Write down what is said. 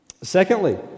Secondly